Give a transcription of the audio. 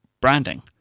branding